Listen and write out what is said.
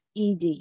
ed